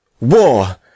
War